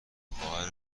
خواهر